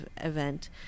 event